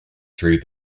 through